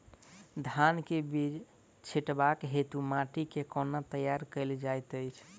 धान केँ बीज छिटबाक हेतु माटि केँ कोना तैयार कएल जाइत अछि?